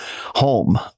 home